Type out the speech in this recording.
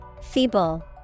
Feeble